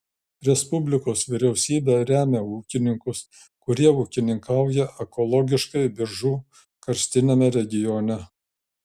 respublikos vyriausybė remia ūkininkus kurie ūkininkauja ekologiškai biržų karstiniame regione